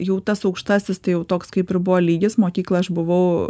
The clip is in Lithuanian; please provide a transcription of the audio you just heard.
jau tas aukštasis tai jau toks kaip ir buvo lygis mokykloj aš buvau